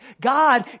God